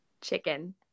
Chicken